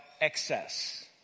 excess